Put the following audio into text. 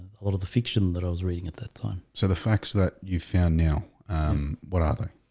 a lot of the fiction that i was reading at that time. so the facts that you found now what are they?